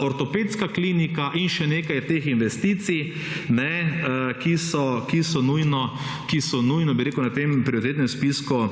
ortopedska klinika in še nekaj teh investicij, ki so nujno bi rekel na tem prioritetnem spisku